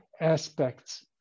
aspects